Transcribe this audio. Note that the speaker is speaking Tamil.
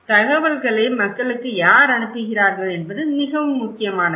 தகவல்களை மக்களுக்கு யார் அனுப்புகிறார்கள் என்பது மிகவும் முக்கியமானது